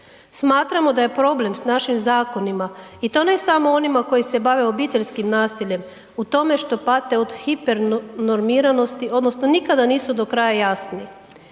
Smatramo da je problem s našim zakonima i to ne samo onima koji se bave obiteljskim nasiljem u tome što pate od hipernormiranosti odnosno nikada nisu do kraja jasni.